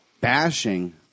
bashing